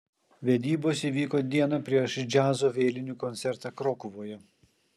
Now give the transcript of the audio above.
vedybos įvyko dieną prieš džiazo vėlinių koncertą krokuvoje